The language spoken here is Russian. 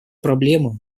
проблему